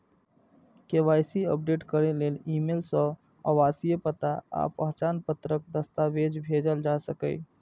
KYC update करै लेल email सं आवासीय पता आ पहचान पत्रक दस्तावेज भेजल जा सकैए